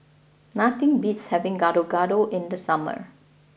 nothing beats having Gado Gado in the summer